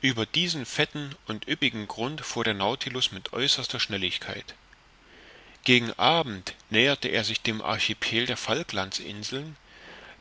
ueber diesen fetten und üppigen grund fuhr der nautilus mit äußerster schnelligkeit gegen abend näherte er sich dem archipel der falklands inseln